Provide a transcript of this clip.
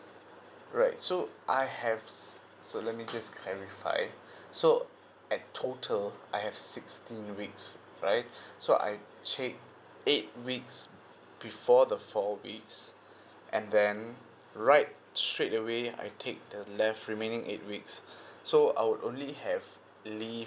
right so I have so let me just clarify so at total I have sixteen weeks right so I'm shared eight weeks before the four weeks and then right straight away I take the left remaining eight weeks so I would only have leave